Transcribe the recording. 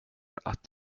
att